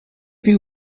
few